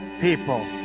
people